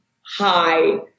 hi